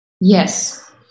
yes